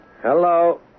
Hello